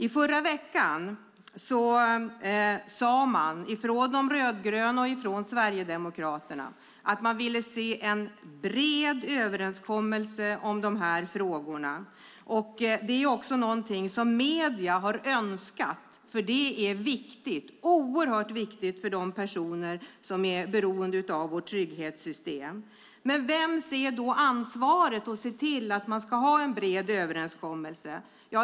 Förra veckan sade man från de rödgröna och från Sverigedemokraterna att man ville se en bred överenskommelse om dessa frågor. Det är också någonting som medierna har önskat eftersom det är oerhört viktigt för de personer som är beroende av vårt trygghetssystem. Men vems är ansvaret att se till att man ska ha en bred överenskommelse?